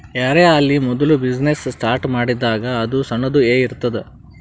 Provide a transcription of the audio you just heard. ಯಾರೇ ಆಲಿ ಮೋದುಲ ಬಿಸಿನ್ನೆಸ್ ಸ್ಟಾರ್ಟ್ ಮಾಡಿದಾಗ್ ಅದು ಸಣ್ಣುದ ಎ ಇರ್ತುದ್